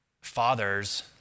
Fathers